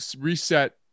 reset